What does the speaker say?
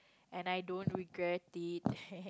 and I don't regret it